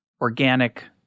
organic